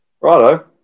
righto